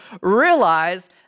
realize